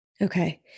Okay